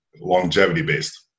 longevity-based